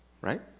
Right